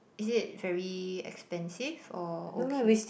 is it very expensive or okay